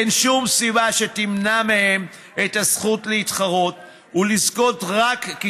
אין שום סיבה שתמנע מהם את הזכות להתחרות ולזכות רק כי